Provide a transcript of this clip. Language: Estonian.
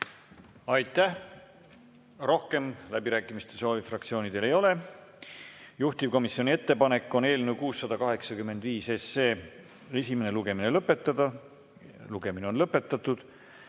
Aitäh! Rohkem läbirääkimiste soovi fraktsioonidel ei ole. Juhtivkomisjoni ettepanek on eelnõu 685 esimene lugemine lõpetada. Lugemine on lõpetatud